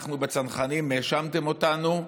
אנחנו בצנחנים, האשמתם אותנו: